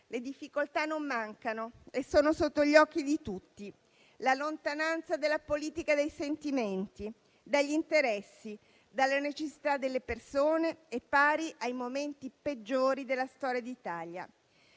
Le difficoltà non mancano e sono sotto gli occhi di tutti. La lontananza della politica dai sentimenti, dagli interessi, dalle necessità delle persone è pari ai momenti peggiori della storia d'Italia.